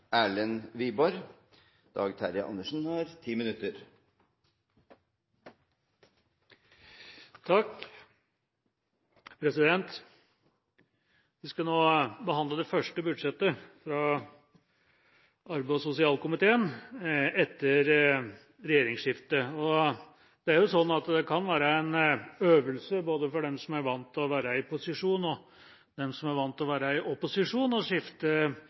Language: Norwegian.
Vi skal nå behandle det første budsjettet fra arbeids- og sosialkomiteen etter regjeringsskiftet. Det kan jo være en øvelse, både for dem som er vant til å være i posisjon, og for dem som er vant til å være i opposisjon, å skifte